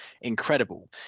incredible